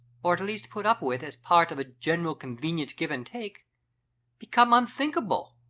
or at least put up with as part of a general convenient give-and-take become unthinkable,